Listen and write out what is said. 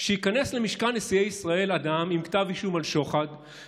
שייכנס למשכן נשיאי ישראל אדם עם כתב אישום על שוחד,